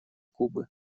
кубы